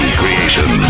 creation